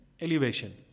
elevation